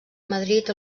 madrid